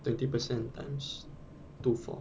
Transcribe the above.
twenty percent times two four